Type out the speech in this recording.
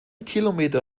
kilometer